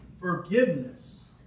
forgiveness